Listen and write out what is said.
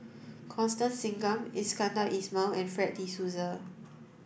Constance Singam Iskandar Ismail and Fred de Souza